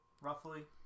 roughly